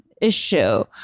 issue